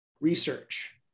research